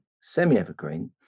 semi-evergreen